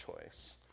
choice